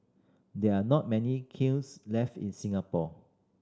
there are not many kilns left in Singapore